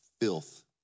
filth